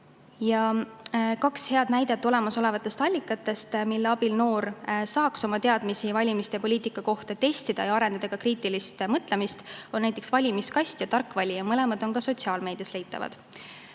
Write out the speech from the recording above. Kaks head näidet olemasolevatest allikatest, mille abil noor saaks oma teadmisi valimiste ja poliitika kohta testida ja arendada ka kriitilist mõtlemist, on Valimiskast ja Tark Valija, mõlemad on ka sotsiaalmeedias leitavad.